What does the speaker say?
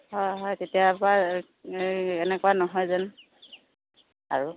হয় হয় তেতিয়াৰপৰা এনেকুৱা নহয় যেন আৰু